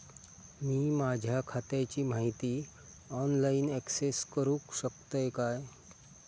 मी माझ्या खात्याची माहिती ऑनलाईन अक्सेस करूक शकतय काय?